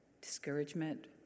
discouragement